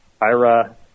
ira